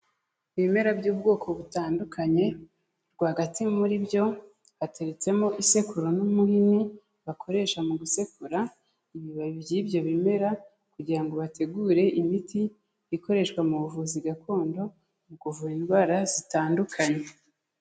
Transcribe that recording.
Ibimera by'ubwoko butandukanye, rwagati muri byo hateretsemo isekuru n'umunini bakoresha mu gusekura ibibabi by'ibyo bimera kugira ngo bategure imiti ikoreshwa mu buvuzi gakondo, mu kuvura indwara zitandukanye.